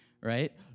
right